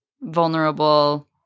vulnerable